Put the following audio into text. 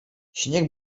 śnieg